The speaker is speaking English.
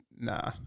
nah